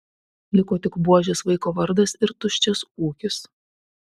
liko tik buožės vaiko vardas ir tuščias ūkis